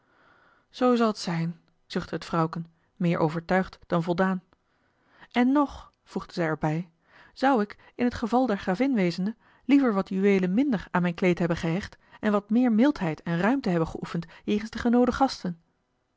zoo zal t zijn zuchtte het vrouwken meer overtuigd dan voldaan en nog voegde zij er bij zou ik in t geval der gravin wezende liever wat juweelen minder aan mijn kleed hebben gehecht en wat meer mildheid en ruimte hebben geoefend jegens de genoode gasten